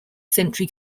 sentry